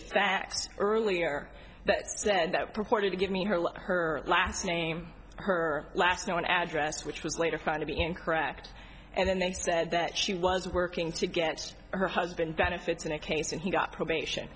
fax earlier that said that purported to give me her love her last name her last known address which was later found to be incorrect and then they said that she was working to get her husband benefits in a case and he got probation